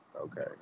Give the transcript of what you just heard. Okay